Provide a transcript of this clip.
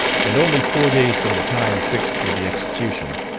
and only four days from the time fixed for the execution,